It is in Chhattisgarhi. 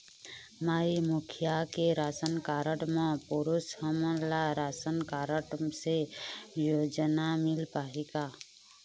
माई मुखिया के राशन कारड म पुरुष हमन ला राशन कारड से योजना मिल पाही का?